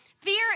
Fear